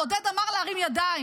עודד אמר להרים ידיים,